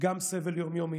גם סבל יום-יומי,